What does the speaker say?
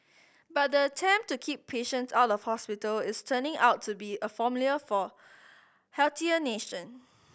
but the attempt to keep patients out of hospital is turning out to be a formula for healthier nation